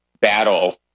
battle